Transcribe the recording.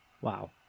Wow